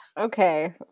okay